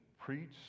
preach